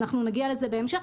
אנחנו נגיע לזה בהמשך.